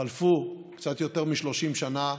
חלפו קצת יותר מ-30 שנה,